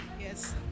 Yes